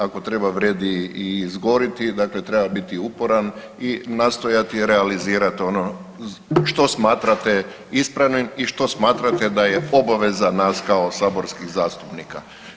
Ako treba vrijedi i izgoriti, dakle treba biti uporan i nastojati realizirati ono što smatrate ispravnim i što smatrate da je obaveza nas kao saborskih zastupnika.